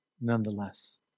nonetheless